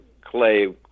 clay